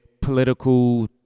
political